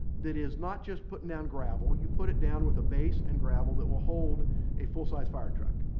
that is not just putting down gravel. and you put it down with a base and gravel that will hold a full-sized fire truck,